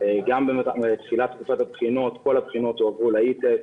גם בתחילת תקופת הבחינות כל הבחינות הועברו ל-E-test.